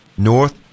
north